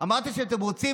אמרתם שאתם רוצים